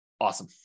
Awesome